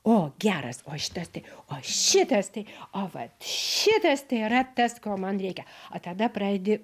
o geras o šitas tai o šitas tai o vat šitas tai yra tas ko man reikia o tada pradedi